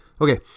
okay